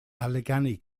allegany